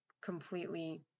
completely